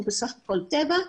הוא בסך הכול טבע,